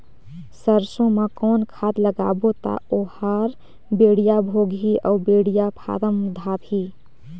सरसो मा कौन खाद लगाबो ता ओहार बेडिया भोगही अउ बेडिया फारम धारही?